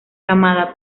camada